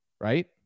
Right